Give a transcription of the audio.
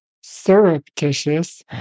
surreptitious